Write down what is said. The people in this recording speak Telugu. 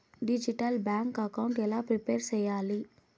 డిజిటల్ బ్యాంకు అకౌంట్ ఎలా ప్రిపేర్ సెయ్యాలి?